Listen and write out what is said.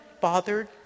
bothered